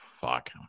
fuck